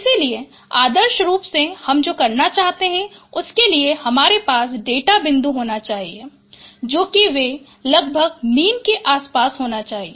इसलिए आदर्श रूप में हम जो करना चाहते हैं उसके लिए हमारे पास डेटा बिंदु होने चाहिए जो कि वे लगभग मीन के आस पास होने चाहिए